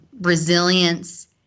resilience